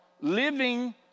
living